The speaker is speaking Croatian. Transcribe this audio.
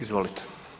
Izvolite.